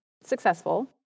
successful